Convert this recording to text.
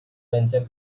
venture